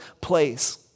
place